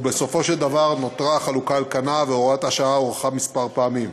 בסופו של דבר נותרה החלוקה על כנה והוראת השעה הוארכה פעמים אחדות.